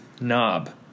knob